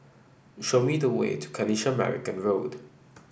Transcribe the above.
show me the way to Kanisha Marican Road